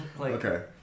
Okay